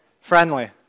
Friendly